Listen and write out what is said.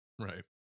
right